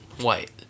white